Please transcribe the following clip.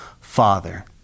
Father